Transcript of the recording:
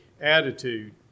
attitude